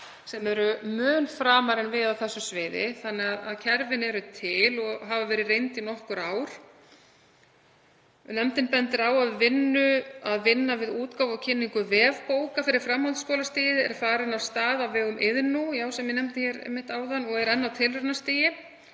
sem standa mun framar en við á þessu sviði þannig að kerfin eru til og hafa verið reynd í nokkur ár. Nefndin bendir á að vinna við útgáfu og kynningu vefbóka fyrir framhaldsskólastigið sé farin af stað á vegum Iðnú, sem ég nefndi hér áðan, og sé enn á tilraunastigi.